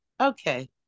okay